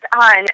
on